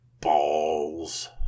balls